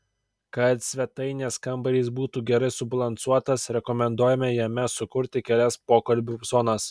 kad svetainės kambarys būtų gerai subalansuotas rekomenduojama jame sukurti kelias pokalbių zonas